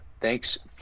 thanks